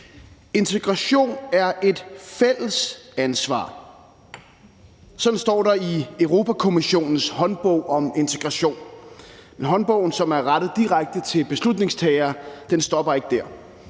Integration er et fælles ansvar. Sådan står der i Europa-Kommissionens håndbog om integration. Men håndbogen, som er rettet direkte til beslutningstagere, stopper ikke der.